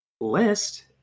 list